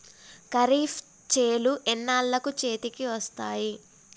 ఖరీఫ్ చేలు ఎన్నాళ్ళకు చేతికి వస్తాయి?